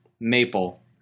maple